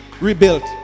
rebuilt